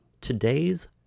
Today's